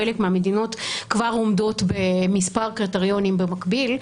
חלק מהמדינות כבר עומדות במספר קריטריונים במקביל.